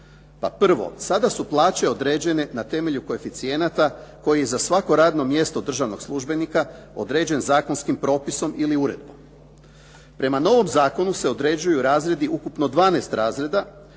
Prvo, sada su plaće određene na temelju koeficijenata koji za svako radno mjesto državnog službenika određen zakonskim propisom ili uredbom. Prema novom zakonu se određuju razredi, ukupno 12 razreda